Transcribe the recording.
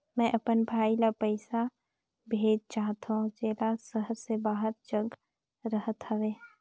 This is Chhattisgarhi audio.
मैं अपन भाई ल पइसा भेजा चाहत हों, जेला शहर से बाहर जग रहत हवे